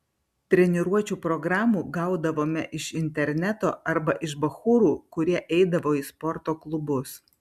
treniruočių programų gaudavome iš interneto arba iš bachūrų kurie eidavo į sporto klubus